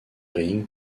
ring